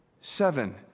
seven